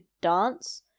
dance